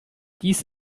dies